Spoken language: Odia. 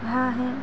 ଭ ହେଁ